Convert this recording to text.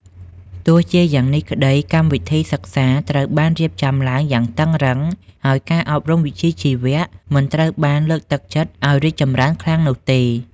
ទោះជាយ៉ាងនេះក្តី កម្មវិធីសិក្សាត្រូវបានរៀបចំឡើងយ៉ាងតឹងរ៉ឹង ហើយការអប់រំវិជ្ជាជីវៈមិនត្រូវបានលើកទឹកចិត្តឱ្យរីកចម្រើនខ្លាំងនោះទេ។